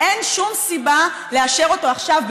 אין שום סיבה לאשר אותו עכשיו,